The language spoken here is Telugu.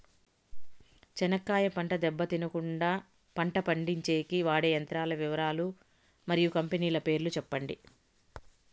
చెనక్కాయ పంట దెబ్బ తినకుండా కుండా పంట విడిపించేకి వాడే యంత్రాల వివరాలు మరియు కంపెనీల పేర్లు చెప్పండి?